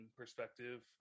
perspective